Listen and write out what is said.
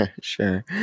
Sure